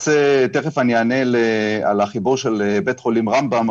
תיכף אני אענה על החיבור של בית חולים רמב"ם,